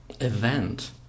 event